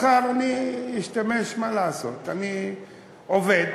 מחר אשתמש, מה לעשות, אני עובד,